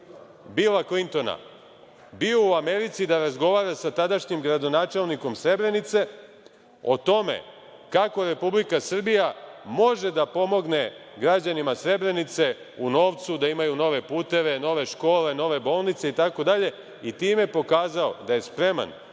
Bila Klintona bio u Americi da razgovara sa tadašnjim gradonačelnikom Srebrenice, o tome kako Republika Srbija može da pomogne građanima Srebrenice u novcu da imaju nove puteve, nove škole, nove bolnice, i tako dalje, i time pokazao da je spreman